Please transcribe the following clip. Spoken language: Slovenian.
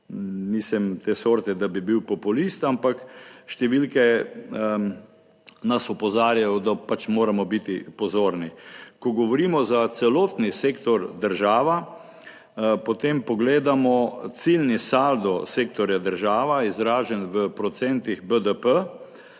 Nisem te sorte, da bi bil populist, ampak številke nas opozarjajo, da pač moramo biti pozorni, ko govorimo za celotni sektor država, potem pogledamo ciljni saldo sektorja država, izražen v procentih BDP,